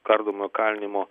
kardomojo kalinimo